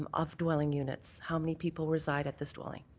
um of dwelling units, how many people reside at this dwelling.